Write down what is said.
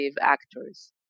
actors